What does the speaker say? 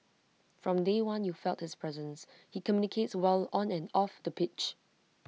from day one you felt his presence he communicates well on and off the pitch